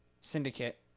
Syndicate